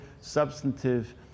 substantive